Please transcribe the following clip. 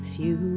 you